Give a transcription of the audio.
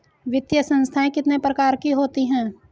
वित्तीय संस्थाएं कितने प्रकार की होती हैं?